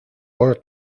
por